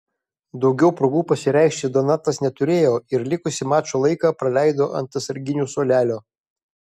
daugiau progų pasireikšti donatas neturėjo ir likusį mačo laiką praleido ant atsarginių suolelio